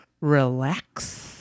relax